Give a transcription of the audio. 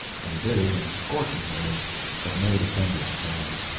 and he did it in scorching words that made offenders pause.